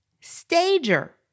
Stager